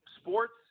sports